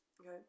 Okay